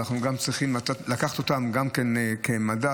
ואנחנו צריכים לקחת גם אותם כמדד,